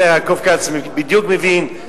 יעקב כץ מבין בדיוק,